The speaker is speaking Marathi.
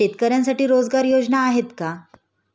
शेतकऱ्यांसाठी रोजगार योजना आहेत का?